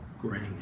grace